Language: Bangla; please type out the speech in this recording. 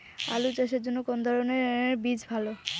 আলু চাষের জন্য কোন ধরণের বীজ ভালো?